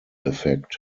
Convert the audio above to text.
effect